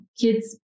kids